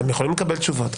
אתם יכולים לקבל תשובות.